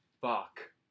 fuck